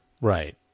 Right